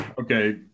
okay